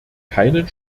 keinen